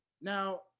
Now